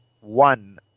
one